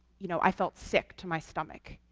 you know i felt sick to my stomach.